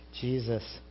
Jesus